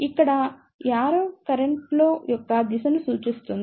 ఇక్కడ arrow current flow యొక్క దిశను సూచిస్తుంది